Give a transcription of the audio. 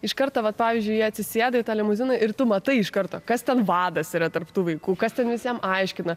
iš karto vat pavyzdžiui atsisėda į tą limuziną ir tu matai iš karto kas ten vadas yra tarp tų vaikų kas ten visiem aiškina